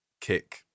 kick